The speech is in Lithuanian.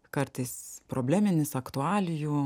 kartais probleminis aktualijų